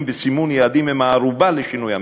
וסימון יעדים הם הערובה לשינוי המציאות.